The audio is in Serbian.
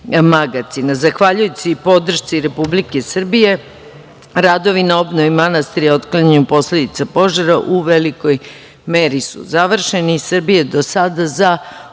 magacina. Zahvaljujući podršci Republike Srbije radovi na obnovi manastira i otklanjanju posledica požara u velikoj meri su završeni. Srbija je do sada za obnovu